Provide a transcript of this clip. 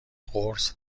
قرص